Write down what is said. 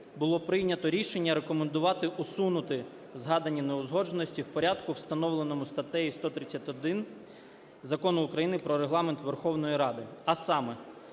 було прийнято рішення рекомендувати усунути згадані неузгодженості в порядку, встановленому статтею 131 Закону України про Регламент Верховної Ради. А саме: